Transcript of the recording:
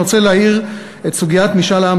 אני רוצה להאיר את סוגיית משאל העם